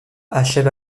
achève